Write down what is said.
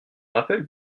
rappel